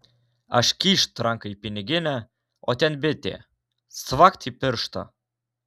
aš kyšt ranką į piniginę o ten bitė cvakt į pirštą